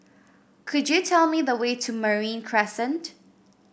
could you tell me the way to Marine Crescent